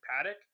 Paddock